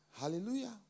Hallelujah